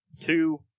two